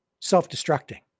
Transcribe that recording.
self-destructing